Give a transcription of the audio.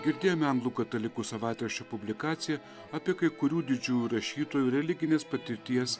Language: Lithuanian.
girdėjome anglų katalikų savaitraščio publikaciją apie kai kurių didžiųjų rašytojų religinės patirties